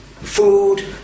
food